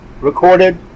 recorded